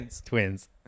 Twins